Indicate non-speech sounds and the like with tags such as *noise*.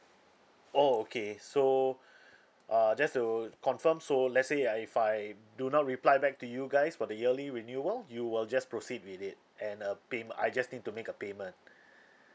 oh okay so *breath* uh just to confirm so let's say ah if I do not reply back to you guys for the yearly renewal you will just proceed with it and uh pay~ I just need to make a payment *breath*